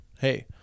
Hey